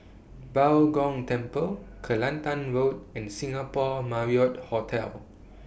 Bao Gong Temple Kelantan Road and Singapore Marriott Hotel